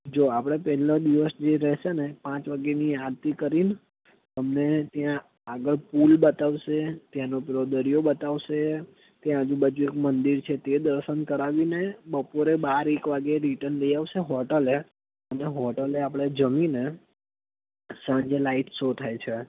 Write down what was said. જો આપણે પહેલો દિવસ જે રહેશેને પાંચ વાગ્યાની આરતી કરીને તમને ત્યાં આગળ પૂલ બતાવશે ત્યાંનો પેલો દરિયો બતાવશે ત્યાં આજુબાજુ એક મંદિર છે તે દર્શન કરાવીને બપોરે બાર એક વાગ્યે રિટર્ન લઈ આવશે હોટલે અને હોટલે આપણે જમીને સાંજે લાઈટ શો થાય છે